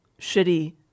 shitty